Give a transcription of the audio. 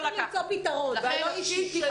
צריך למצוא פתרון, זה לא אישי.